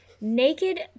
Naked